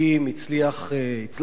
הצליח, הצלחנו יחד,